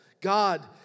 God